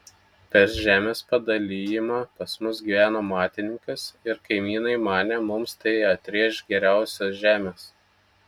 per žemės padalijimą pas mus gyveno matininkas ir kaimynai manė mums tai atrėš geriausios žemės